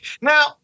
Now